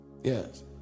yes